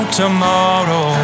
tomorrow